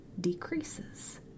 decreases